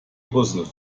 rüssel